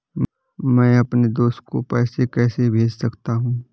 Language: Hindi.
मैं अपने दोस्त को पैसे कैसे भेज सकता हूँ?